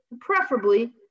Preferably